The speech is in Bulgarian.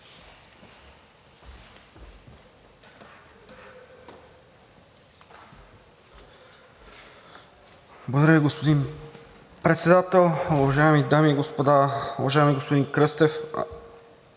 Благодаря Ви, господин Председател. Уважаеми дами и господа, уважаеми господин Кръстев,